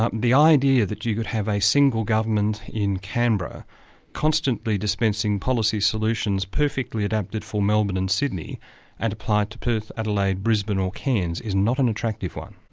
the idea that you could have a single government in canberra constantly dispensing policy solutions perfectly adapted for melbourne and sydney and applied to perth, adelaide, brisbane or cairns, is not an attractive one.